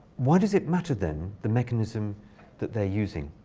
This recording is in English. why does it matter, then, the mechanism that they're using?